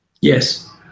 Yes